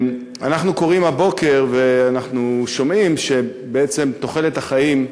אנחנו קוראים הבוקר ואנחנו שומעים שבעצם תוחלת החיים,